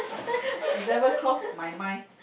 is that word cross my mind